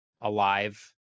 alive